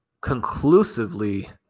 conclusively